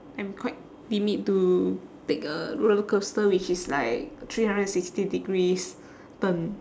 I am quite timid to take a rollercoaster which is like three hundred and sixty degrees turn